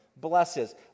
blesses